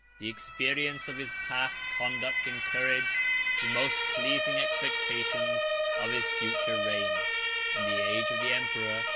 the experience of his past conduct encouraged the most pleasing expectations of his future reign and the age of the emperor,